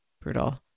brutal